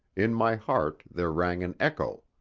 in my heart there rang an echo.